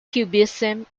cubism